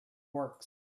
works